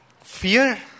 fear